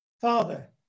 Father